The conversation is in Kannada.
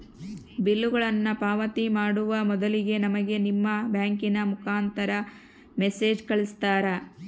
ಬಿಲ್ಲುಗಳನ್ನ ಪಾವತಿ ಮಾಡುವ ಮೊದಲಿಗೆ ನಮಗೆ ನಿಮ್ಮ ಬ್ಯಾಂಕಿನ ಮುಖಾಂತರ ಮೆಸೇಜ್ ಕಳಿಸ್ತಿರಾ?